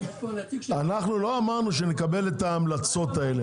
אנחנו לא אמרנו שנקבל את ההמלצות האלה.